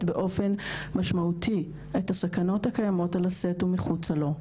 באופן משמעותי את הסכנות הקיימות על הסט ומחוצה לו,